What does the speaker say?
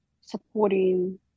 supporting